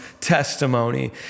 testimony